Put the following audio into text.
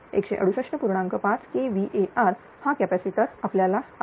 5 kVAr हा capacitor आपल्याला आवश्यक